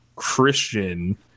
Christian